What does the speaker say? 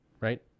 right